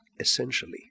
essentially